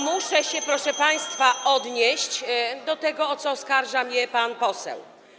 Muszę się, proszę państwa, odnieść do tego, o co oskarża mnie pan poseł.